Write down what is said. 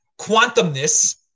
quantumness